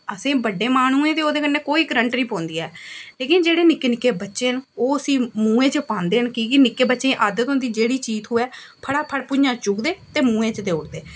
असें बड्डे महानुएं गी ते ओह्दे कन्नै कोई करंट निं पौंदी ऐ लेकिन जेह्ड़े निक्के निक्के बच्चे न ओह् उसी मुहैं च पांदे न कि के निक्के बच्चें गी आदत होंदी जेह्ड़ी चीज़ थ्होऐ फटाफट भुञां चुकदे ते मुहैं च देई ओड़दे